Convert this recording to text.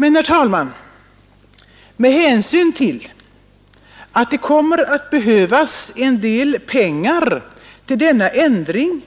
Men, herr talman, med hänsyn till att det kommer att behövas en del pengar till den ändring